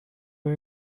های